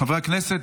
חברי הכנסת,